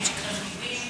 שתלמידים